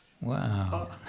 Wow